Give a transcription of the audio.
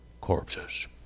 corpses